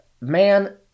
man